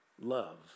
love